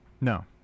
No